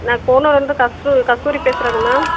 நான் கூனூர்லருந்து கஸ்தூ கஸ்தூரி பேசுறேங்க மேம்